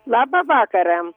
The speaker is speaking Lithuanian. labą vakarą